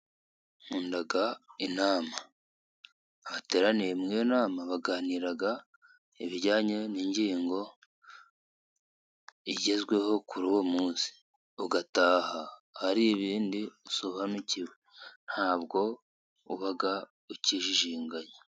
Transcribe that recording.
Nkunda inama. Abateraniye muri iyo nama baganira ibijyanye n’ingingo igezweho kuri uwo munsi. Ugataha, hari ibindi usobanukiwe. Ntabwo uba ukijijinganya.